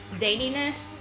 zaniness